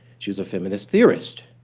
she's a feminist theorist.